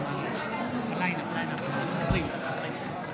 בבקשה, חבר הכנסת אשר, עשר דקות לרשותך.